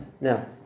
Now